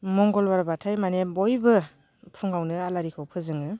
मंगलबारबाथाय माने बयबो फुङावनो आलारिखौ फोजोङो